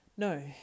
No